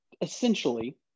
essentially